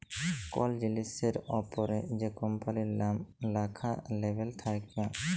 call জিলিসের অপরে যে কম্পালির লাম ল্যাখা লেবেল থাক্যে